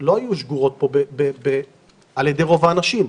לא היו שגורות פה על ידי רוב האנשים.